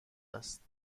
است